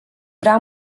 prea